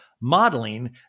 modeling